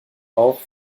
auch